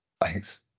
Thanks